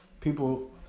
People